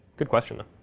good question, though.